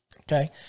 okay